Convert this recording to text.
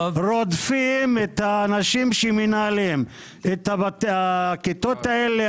רודפים את האנשים שמנהלים את הכיתות האלה,